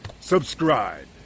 subscribe